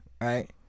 right